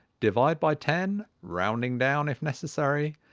divide by ten rounding down if necessary,